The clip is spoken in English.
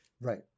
Right